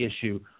issue